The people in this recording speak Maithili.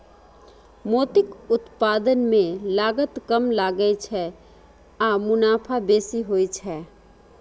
मोतीक उत्पादन मे लागत कम लागै छै आ मुनाफा बेसी होइ छै